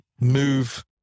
move